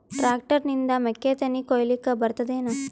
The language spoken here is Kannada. ಟ್ಟ್ರ್ಯಾಕ್ಟರ್ ನಿಂದ ಮೆಕ್ಕಿತೆನಿ ಕೊಯ್ಯಲಿಕ್ ಬರತದೆನ?